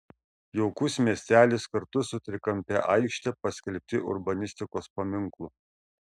jaukus miestelis kartu su trikampe aikšte paskelbti urbanistikos paminklu